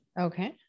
Okay